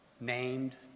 named